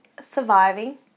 surviving